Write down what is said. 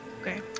Okay